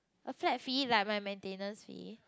a flat fee like my maintenance fee